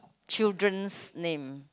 children's name